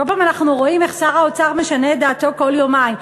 כל פעם אנחנו רואים איך שר האוצר משנה את דעתו כל יומיים.